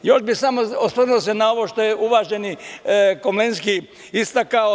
Još bih se samo osvrnuo na ovo što je uvaženi Komlenski istakao.